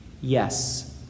Yes